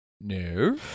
No